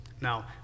Now